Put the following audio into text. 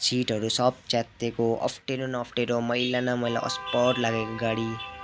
सिटहरू सब च्यातिएको अप्ठ्यारो न अप्ठ्यारो मैला न मैला अस्पट लाग्ने गाडी